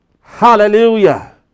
Hallelujah